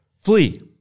flee